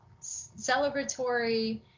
celebratory